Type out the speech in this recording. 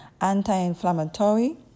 anti-inflammatory